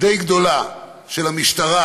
די גדולה של המשטרה,